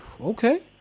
okay